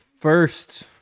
first